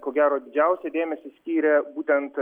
ko gero didžiausią dėmesį skyrė būtent